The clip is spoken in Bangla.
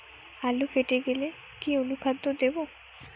আলু ফেটে গেলে কি অনুখাদ্য দেবো?